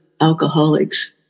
alcoholics